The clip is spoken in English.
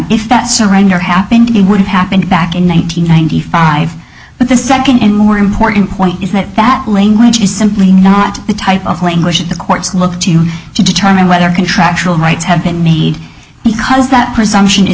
if that surrender happened it would have happened back in one nine hundred ninety five but the second and more important point is that that language is simply not the type of language the courts look to to determine whether contractual rights have been made because that presumption is